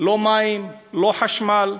לא מים, לא חשמל,